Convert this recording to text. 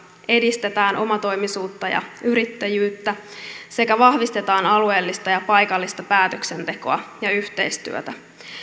edistetään omatoimisuutta ja yrittäjyyttä sekä vahvistetaan alueellista ja paikallista päätöksentekoa ja yhteistyötä